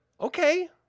Okay